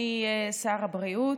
שר הבריאות,